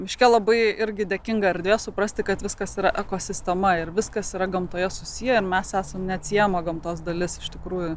miške labai irgi dėkinga erdvė suprasti kad viskas yra ekosistema ir viskas yra gamtoje susiję ir mes esame neatsiejama gamtos dalis iš tikrųjų